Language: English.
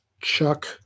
Chuck